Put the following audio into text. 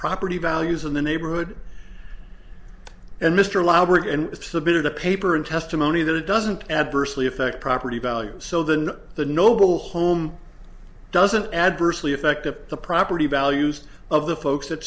property values in the neighborhood and mr labrat and submitted a paper in testimony that it doesn't adversely affect property values so than the noble home doesn't adversely affected the property values of the folks that